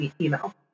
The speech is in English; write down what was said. email